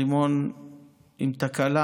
רימון עם תקלה